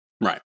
Right